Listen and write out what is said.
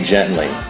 Gently